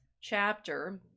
chapter